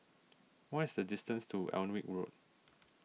what is the distance to Alnwick Road